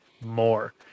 more